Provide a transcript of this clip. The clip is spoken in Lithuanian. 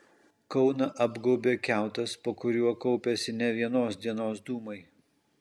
kauną apgaubė kiautas po kuriuo kaupiasi ne vienos dienos dūmai